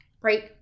right